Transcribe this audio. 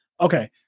Okay